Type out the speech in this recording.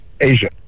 Asia